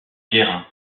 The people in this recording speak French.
guérin